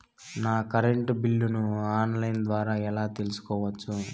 నా కరెంటు బిల్లులను online ద్వారా ఎలా తెలుసుకోవచ్చు?